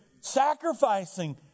sacrificing